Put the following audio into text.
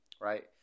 right